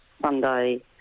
Sunday